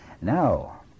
Now